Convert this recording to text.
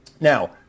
Now